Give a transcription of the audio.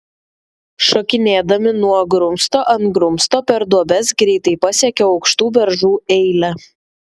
šokinėdami nuo grumsto ant grumsto per duobes greitai pasiekė aukštų beržų eilę